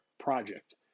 project